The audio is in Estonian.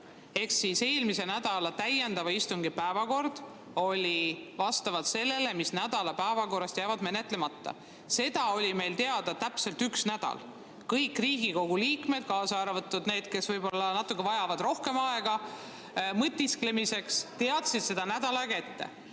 Ehk siis eelmise nädala täiendava istungi päevakord oli vastavalt sellele, mis nädala päevakorrast jäi menetlemata. See oli meil teada täpselt üks nädal. Kõik Riigikogu liikmed, kaasa arvatud need, kes võib-olla natuke vajavad rohkem aega mõtisklemiseks, teadsid seda nädal aega ette. Nüüd